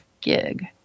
gig